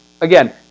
again